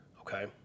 Okay